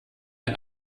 ein